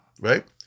right